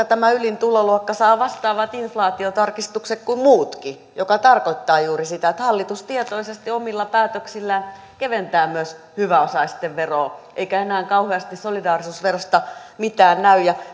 tämä ylin tuloluokka saa vastaavat inflaatiotarkistukset kuin muutkin mikä tarkoittaa juuri sitä että hallitus tietoisesti omilla päätöksillään keventää myös hyväosaisten veroja eikä enää kauheasti solidaarisuusverosta mitään näy ja